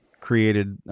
created